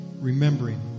remembering